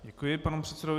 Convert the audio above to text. Děkuji panu předsedovi.